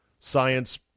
science